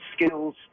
skills